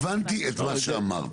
אני הבנתי את מה שאמרת.